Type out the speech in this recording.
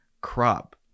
crop